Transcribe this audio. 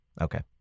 Okay